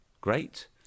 Great